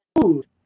food